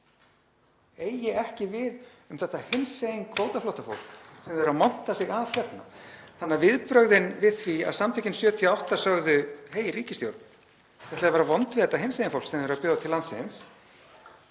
eigi ekki við um þetta hinsegin kvótaflóttafólk sem þau eru að monta sig af hérna. Viðbrögðin við því voru að Samtökin '78 sögðu: Hey, ríkisstjórn. Þið ætlið að vera vond við þetta hinsegin fólk sem þið eruð að bjóða til landsins.